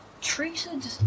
treated